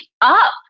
up